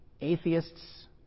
Atheists